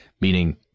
meaning